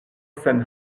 sen